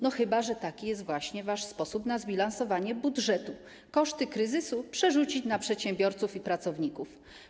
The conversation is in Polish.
No chyba że taki jest właśnie wasz sposób na zbilansowanie budżetu - koszty kryzysu przerzucić na przedsiębiorców i pracowników.